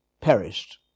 perished